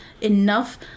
enough